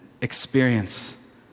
experience